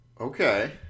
Okay